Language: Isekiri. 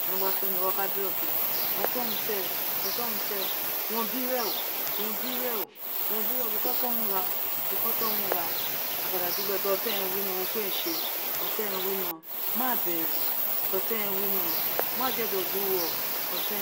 Tiafọwinọ gba fẹnẹ ẹwo gba biro kéé ọtọn wun séè ọtọn wun séè won bi rẹn o, won bi rẹn o, wo bi re ubo kọ owun ọtọn wun gha boko ọtọn wun gha a ka da gin gbéè gin ọtọn re winọ urun ki urun éè sé ọtọn rẹ winọ máa bẹru ọtọn re wino ma je di ẹdọn da uwọ ọtọn